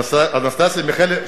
אנסטסיה מיכאלי,